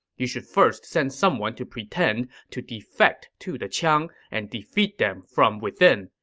you should first send someone to pretend to defect to the qiang and defeat them from within.